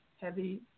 heavy